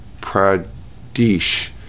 Pradesh